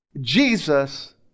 Jesus